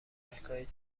امریکای